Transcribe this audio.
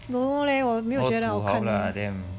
don't know leh 我没有觉得好看 leh